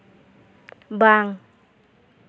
ᱵᱟᱝ